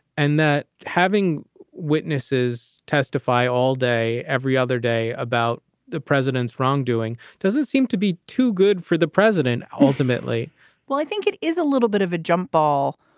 and that having witnesses testify all day, every other day about the president's wrongdoing doesn't seem to be too good for the president ultimately well, i think it is a little bit of a jump ball.